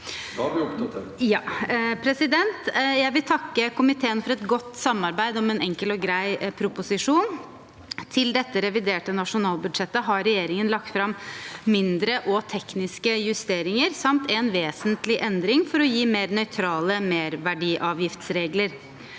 vegne. Jeg vil takke komiteen for et godt samarbeid om en enkel og grei proposisjon. Til dette reviderte nasjonalbudsjettet har regjeringen lagt fram mindre og tekniske justeringer samt en vesentlig endring for å gi mer nøytrale merverdiavgiftsregler.